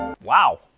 Wow